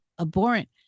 abhorrent